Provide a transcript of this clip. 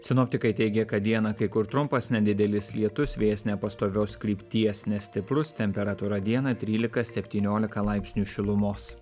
sinoptikai teigia kad dieną kai kur trumpas nedidelis lietus vėjas nepastovios krypties nestiprus temperatūra dieną trylika septiniolika laipsnių šilumos